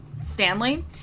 Stanley